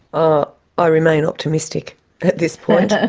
ah ah remain optimistic at this point ah